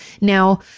Now